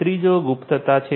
ત્રીજો ગુપ્તતા છે